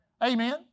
Amen